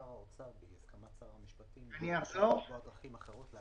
ששר האוצר בהסכמת שר המשפטים יקבע דרכים אחרות להעברת המידע.